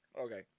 Okay